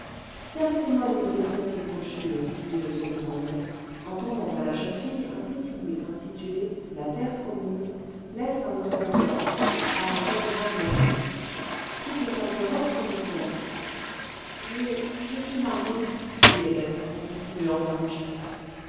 permettez-moi de vous offrir cette brochure dit le second anglais en tendant à la jeune fille un petit livre intitulé la tbkre promise lettre à nos soeurs d'europe par un général mormon toutes les femmes d'europe sont nos soeurs je je suis mariée dit hélène en continuant à rougir